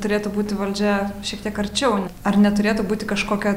turėtų būti valdžia šiek tiek arčiau ar neturėtų būti kažkokio